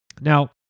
Now